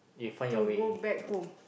to go back home